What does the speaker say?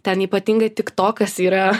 ten ypatingai tik tokas yra